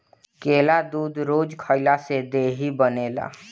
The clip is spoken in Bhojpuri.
केला दूध रोज खइला से देहि बनेला